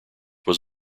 was